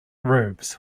robes